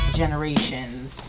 generations